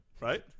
Right